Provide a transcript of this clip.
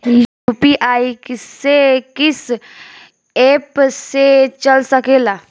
UPI किस्से कीस app से चल सकेला?